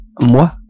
Moi